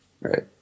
Right